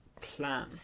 plan